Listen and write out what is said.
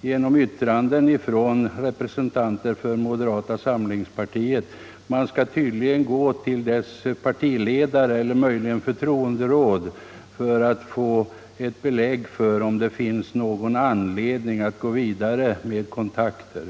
genom yttranden från representanter - Nr 139 för moderata samlingspartiet. Man skall tydligen gå till dess partiledare Tisdagen den eller möjligen förtroenderåd för att få ett belägg för om det finns någon 10 december 1974 anledning att gå vidare med kontakter.